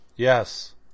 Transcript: Yes